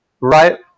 right